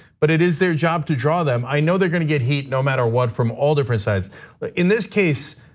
but it is their job to draw them. i know they're gonna get hit no matter what from all different sides. but in this case,